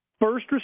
first